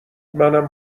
منم